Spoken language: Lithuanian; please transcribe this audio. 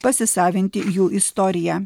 pasisavinti jų istoriją